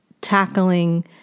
tackling